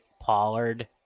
Pollard